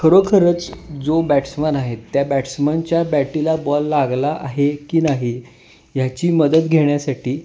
खरोखरच जो बॅट्समॅन आहे त्या बॅट्समनच्या बॅटीला बॉल लागला आहे की नाही ह्याची मदत घेण्यासाठी